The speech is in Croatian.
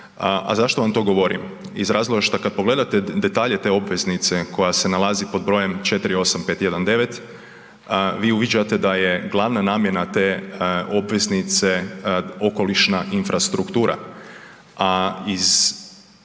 A zašto vam to govorim? Iz razloga šta kad pogledate detalje te obveznice koja se nalazi pod br. 48519 vi uviđate da je glavna namjena te obveznice okolišna infrastruktura.